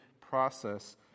process